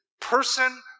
person